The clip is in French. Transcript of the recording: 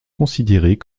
considérées